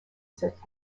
cette